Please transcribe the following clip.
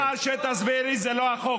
כל מה שתסבירי, זה לא החוק.